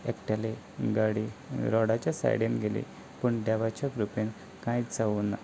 एकट्याली गाडी रोडाच्या सायडीन गेली पूण देवाच्या कृपेन कांयच जावंक ना